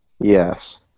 Yes